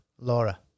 Laura